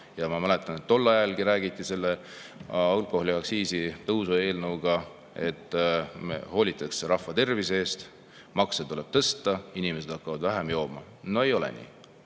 Ma mäletan, et tol ajalgi räägiti selle alkoholiaktsiisi tõusu eelnõuga seoses, et hoolitakse rahvatervisest, et makse tuleb tõsta, siis inimesed hakkavad vähem jooma. No ei ole nii!